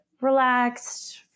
relaxed